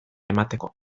emateko